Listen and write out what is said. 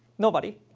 nobody.